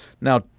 Now